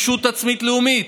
ישות עצמית לאומית,